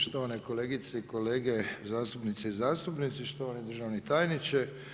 Štovane kolegice i kolege zastupnice i zastupnici, štovani državni tajniče.